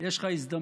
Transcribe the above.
יש לך הזדמנות